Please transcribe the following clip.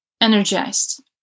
energized